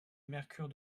mercure